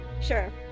Sure